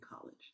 college